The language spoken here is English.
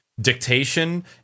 dictation